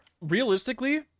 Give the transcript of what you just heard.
Realistically